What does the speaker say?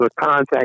contact